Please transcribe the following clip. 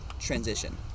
transition